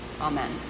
Amen